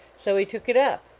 so he took it up,